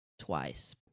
twice